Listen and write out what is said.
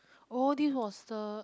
oh this was the